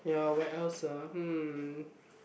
ya where else ah hmm